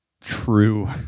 true